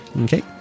okay